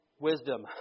wisdom